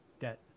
debt